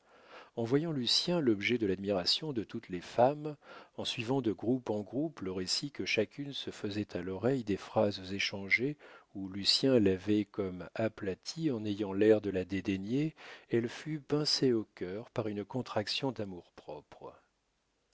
en voyant lucien l'objet de l'admiration de toutes les femmes en suivant de groupe en groupe le récit que chacune se faisait à l'oreille des phrases échangées où lucien l'avait comme aplatie en ayant l'air de la dédaigner elle fut pincée au cœur par une contraction